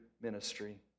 ministry